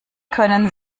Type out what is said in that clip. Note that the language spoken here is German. können